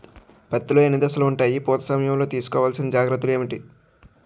పత్తి లో ఎన్ని దశలు ఉంటాయి? పూత సమయం లో తీసుకోవల్సిన జాగ్రత్తలు ఏంటి?